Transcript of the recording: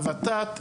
לות"ת,